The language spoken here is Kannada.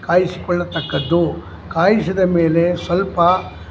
ಕಾಯಿಸಿಕೊಳ್ಳತಕ್ಕದ್ದು ಕಾಯಿಸಿದ ಮೇಲೆ ಸ್ವಲ್ಪ